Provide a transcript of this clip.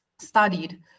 studied